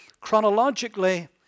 chronologically